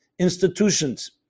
institutions